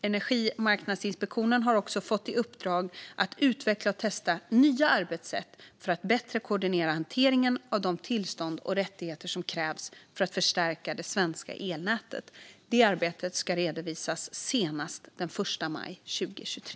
Energimarknadsinspektionen har också fått i uppdrag att utveckla och testa nya arbetssätt för att bättre koordinera hanteringen av de tillstånd och rättigheter som krävs för att förstärka det svenska elnätet. Det arbetet ska redovisas senast den 1 maj 2023.